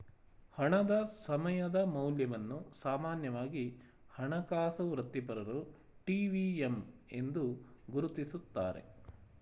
ಹಣದ ಸಮಯದ ಮೌಲ್ಯವನ್ನು ಸಾಮಾನ್ಯವಾಗಿ ಹಣಕಾಸು ವೃತ್ತಿಪರರು ಟಿ.ವಿ.ಎಮ್ ಎಂದು ಗುರುತಿಸುತ್ತಾರೆ